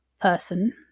person